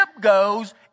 goes